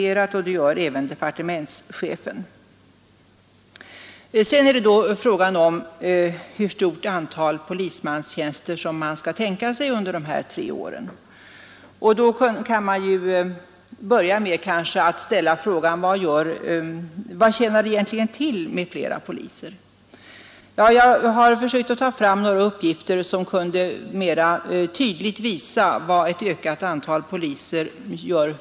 Det har alltså brottskommissionen accepterat, och det gör även nitar skall tänka sig under dessa tre år kan man inledningsvis kanske ställa frågan: Vad tjänar det egentligen till med flera poliser? Jag har försökt ta fram några uppgifter som kunde mera tydligt visa vilken nytta ett ökat antal poliser gör.